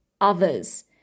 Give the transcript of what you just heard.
others